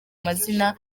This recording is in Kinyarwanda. mazina